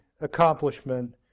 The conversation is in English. accomplishment